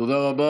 תודה רבה.